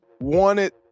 wanted